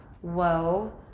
whoa